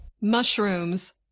Mushrooms